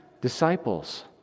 disciples